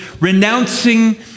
renouncing